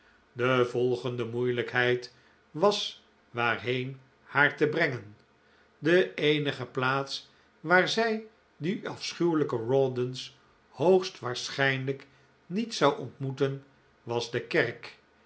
de volgende moeilijkheid was waarheen haar te brengen de eenige plaats waar zij die afschuwelijke rawdons hoogstwaarschijnlijk niet zou ontmoeten was de kerk